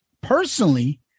Personally